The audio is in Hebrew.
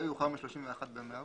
לא יאוחר מ-31 במרס,